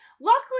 luckily